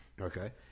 Okay